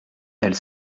elle